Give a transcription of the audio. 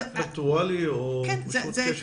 וירטואלי או קשר מרחוק.